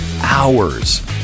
hours